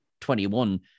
21